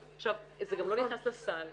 זה גם לא נכנס לסל.